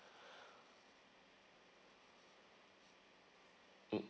mm